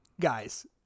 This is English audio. guys